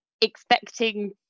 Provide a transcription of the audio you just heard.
expecting